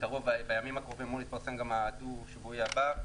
בימים הקרובים אמור להתפרסם גם הדו-שבועי הבא,